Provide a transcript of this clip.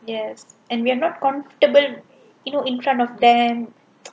yes and we're not comfortable you know in front of them